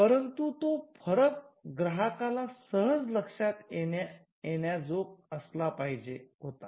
परंतु तो फरक ग्राहकाला सहज लक्षात येण्या जोग असला पाहिजे होता